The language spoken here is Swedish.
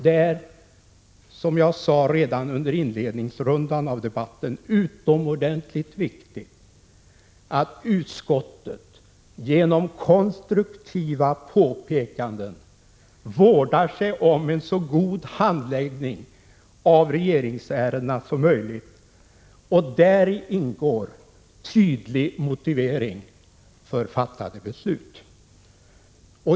Det är, som jag sade redan under inledningsrundan, utomordentligt viktigt att utskottet genom konstruktiva påpekanden vårdar sig om en så god handläggning av regeringsärendena som möjligt, och däri ingår tydlig motivering för fattade beslut.